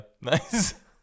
nice